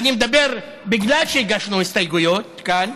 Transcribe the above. אני מדבר בגלל שהגשנו הסתייגויות כאן,